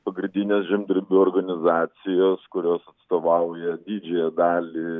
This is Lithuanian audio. pagrindinės žemdirbių organizacijos kurios atstovauja didžiąją dalį